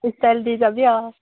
style দি যাবি আৰু